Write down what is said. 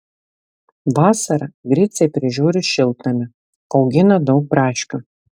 vasarą griciai prižiūri šiltnamį augina daug braškių